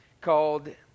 called